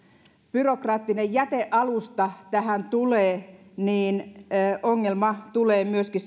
byrokraattinen jätealusta tähän tulee niin ongelma tulee myöskin